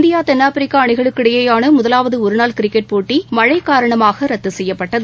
India தென்னாப்பிரிக்கா அணிகளுக்கு இடையேயான முதலாவது ஒருநாள் கிரிக்கெட் போட்டி மழை காரணமாக ரத்து செய்யப்பட்டது